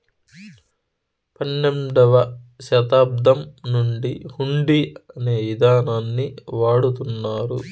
పన్నెండవ శతాబ్దం నుండి హుండీ అనే ఇదానాన్ని వాడుతున్నారు